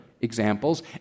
examples